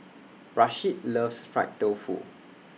Rasheed loves Fried Tofu